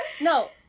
No